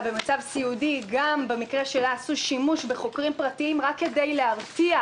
גם במקרה שלה עשו שימוש בחוקרים פרטיים רק כדי להרתיע,